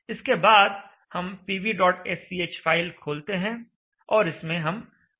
इसके बाद हम pvsch फाइल खोलते हैं और इसमें हम अवयव लगाते हैं